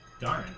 Darn